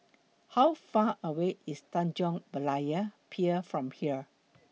How Far away IS Tanjong Berlayer Pier from here